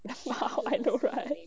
lmao I know right